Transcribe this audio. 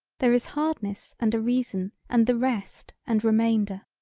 there is hardness and a reason and the rest and remainder.